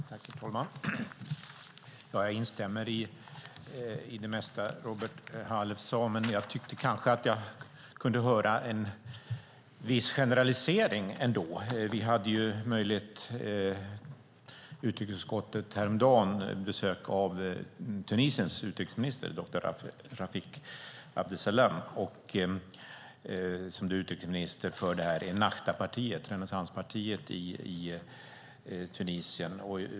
Herr talman! Jag instämmer i det mesta som Robert Halef sade, men jag tyckte ändå att jag kunde höra en viss generalisering. I utrikesutskottet hade vi häromdagen besök av Tunisiens utrikesminister Rafik Abdussalem, som representerar Ennahdapartiet, renässanspartiet i Tunisien.